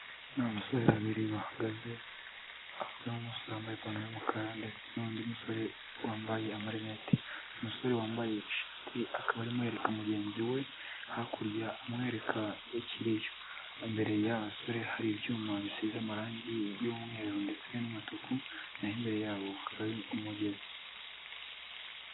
Ni abasore babiri bahagaze hakaba harimo umusore wambaye ipantaro y'umukara ndetse n'undi musore wambaye amarineti, uyu musore wambaye ishati akaba arimo yereka mugenzi we hakurya amwereka ikiriyo, imbere y'aba basore hari ibyuma bisize amarangi y'umweru ndetse n'umutuku, naho imbere yabo umugezi.